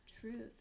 Truth